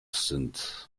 sind